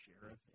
sheriff